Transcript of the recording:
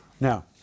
Now